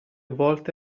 volte